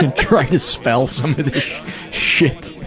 and try to spell some of this shit.